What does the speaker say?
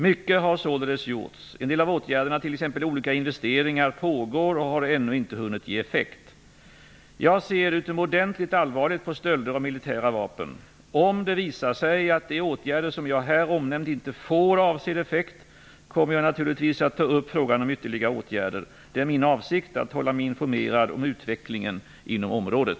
Mycket har således gjorts. En del av åtgärderna, t.ex. olika investeringar, pågår och har ännu inte hunnit ge effekt. Jag ser utomordentligt allvarligt på stölder av militära vapen. Om det visar sig att de åtgärder som jag här omnämnt inte får avsedd effekt, kommer jag naturligtvis att ta upp frågan om ytterligare åtgärder. Det är min avsikt att hålla mig informerad om utvecklingen inom området.